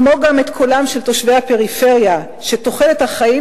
כמו גם את קולם של תושבי הפריפריה שתוחלת החיים